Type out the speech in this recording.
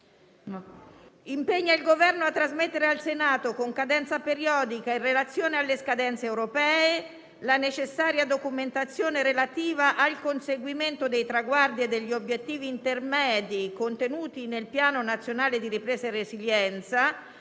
«impegna il Governo a trasmettere al Senato, con cadenza periodica, in relazione alle scadenze europee, la necessaria documentazione relativa al conseguimento dei traguardi e degli obiettivi intermedi contenuti nel Piano nazionale di ripresa e resilienza,